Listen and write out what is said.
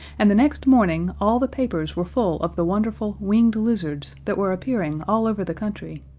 and the next morning all the papers were full of the wonderful winged lizards that were appearing all over the country.